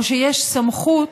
או שיש סמכות